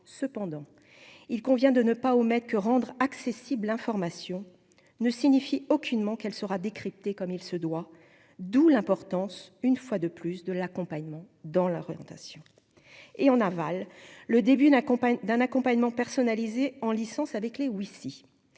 cependant, il convient de ne pas omettre que rendre accessible information ne signifie aucunement qu'elle sera décrypté comme il se doit, d'où l'importance, une fois de plus, de l'accompagnement dans l'orientation et on avale le début n'accompagne d'un accompagnement personnalisé en licence avec ou ici,